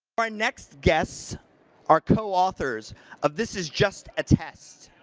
our next guests are co-authors of this is just a test.